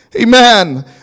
Amen